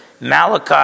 Malachi